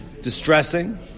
distressing